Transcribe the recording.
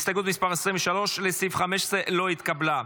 הסתייגות מספר 23 לסעיף 15 לא התקבלה.